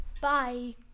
Bye